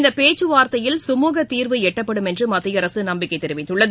இந்தபேச்சுவார்த்தையில் சமூகத்தீர்வு எட்டப்படும் என்றுமத்தியஅரசுநம்பிக்கைதெரிவித்துள்ளது